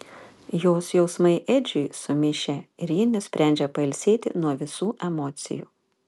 jos jausmai edžiui sumišę ir ji nusprendžia pailsėti nuo visų emocijų